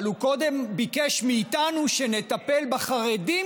אבל הוא קודם ביקש מאיתנו שנטפל בחרדים,